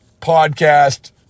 podcast